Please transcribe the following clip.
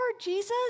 Jesus